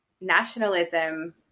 nationalism